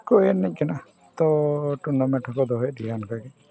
ᱠᱚ ᱮᱱᱮᱡ ᱠᱟᱱᱟ ᱛᱳ ᱴᱩᱨᱱᱟᱢᱮᱱᱴ ᱦᱚᱸᱠᱚ ᱫᱚᱦᱚᱭᱮᱫ ᱜᱮᱭᱟ ᱚᱱᱠᱟᱜᱮ